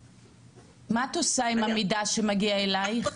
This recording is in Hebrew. מה את עושה עם המידע שמגיע אלייך?